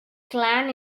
clan